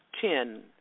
ten